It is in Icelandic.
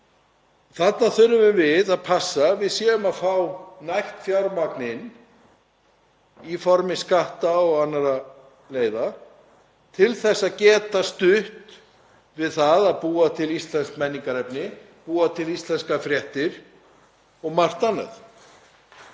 Þarna þurfum við að passa að við séum að fá nægt fjármagn inn í formi skatta og annarra leiða til þess að geta stutt við það að búa til íslenskt menningarefni, búa til íslenskar fréttir og margt annað.